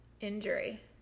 injury